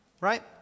right